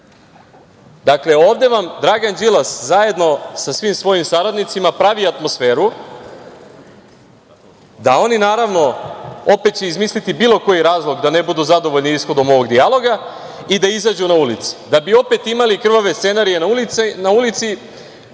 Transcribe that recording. Dakle, ovde vam Dragan Đilas zajedno sa svim svojim saradnicima pravi atmosferu da će oni, naravno, opet izmisliti bilo koji razlog da ne budu zadovoljni ishodom ovog dijaloga i da izađu na ulice, da bi opet imali krvave scenarije na ulici